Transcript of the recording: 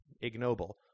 ignoble